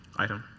item.